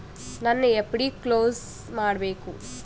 ನನ್ನ FD close ಮಾಡಬೇಕು